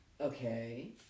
Okay